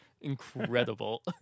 incredible